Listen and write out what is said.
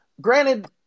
granted